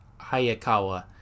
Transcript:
Hayakawa